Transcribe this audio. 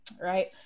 right